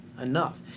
enough